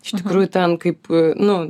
iš tikrųjų ten kaip nu